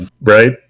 Right